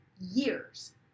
years